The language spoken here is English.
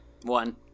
one